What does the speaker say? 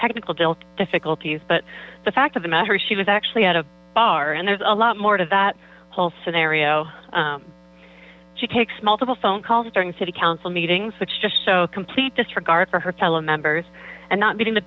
technical difficulties but the fact of the matter is she was actually at a bar and there's a lot more to that whole scenario she takes multiple phone calls during city council meetings which just show complete disregard for her fellow members and not meeting the